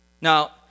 Now